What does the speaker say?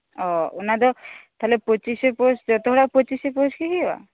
ᱚ ᱚᱱᱟᱫᱚ ᱛᱟᱦᱚᱞᱮ ᱯᱩᱪᱤᱥᱮ ᱯᱳᱥ ᱡᱚᱛᱚᱦᱚᱲᱟᱜ ᱯᱩᱪᱤᱥᱮ ᱯᱳ ᱥ ᱜᱤ ᱦᱩᱭᱩᱜ ᱟ